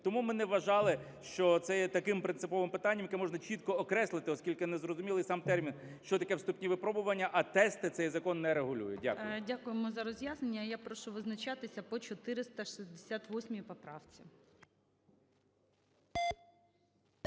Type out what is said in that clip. Тому ми не вважали, що це є таким принциповим питанням, яке можна чітко окреслити. Оскільки незрозумілий сам термін, що таке "вступні випробування", а тести цей закон не регулюють. Дякую. ГОЛОВУЮЧИЙ. Дякуємо за роз'яснення. Я прошу визначатися по 468 поправці.